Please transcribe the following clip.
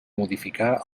modificar